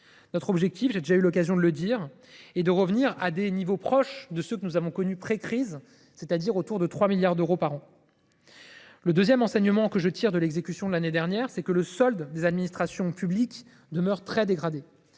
Notre objectif, j’ai déjà eu l’occasion de le souligner, est de revenir à des niveaux proches de ceux que nous avons connus avant la crise, soit autour de 3 milliards d’euros par an. Le second enseignement que je tire de l’exécution de l’année dernière est que le solde des administrations publiques demeure très dégradé,